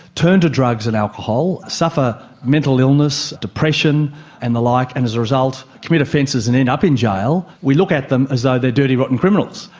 turn to drugs and alcohol, suffer mental illness, depression and the like, and as a result commit offences and end up in jail, we look at them as though they are dirty rotten criminals.